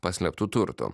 paslėptų turtų